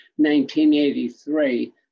1983